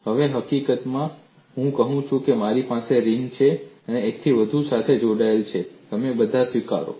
હવે હું કહું છું કે મારી પાસે રિંગ છે આ એકથી વધુ સાથે જોડાયેલ છે તમે બધા સ્વીકારો